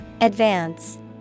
Advance